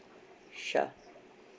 sure